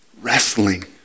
wrestling